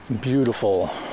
beautiful